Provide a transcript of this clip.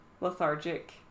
Lethargic